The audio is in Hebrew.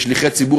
כשליחי ציבור,